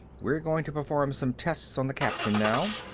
we're going to perform some tests on the captain now.